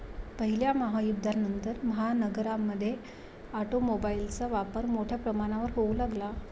पहिल्या महायुद्धानंतर, महानगरांमध्ये ऑटोमोबाइलचा वापर मोठ्या प्रमाणावर होऊ लागला